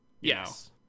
Yes